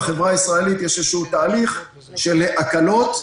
בחברה הישראלית יש איזשהו תהליך של הקלות.